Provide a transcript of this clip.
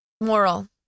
Moral